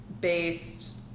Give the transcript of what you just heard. based